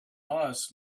loss